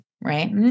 right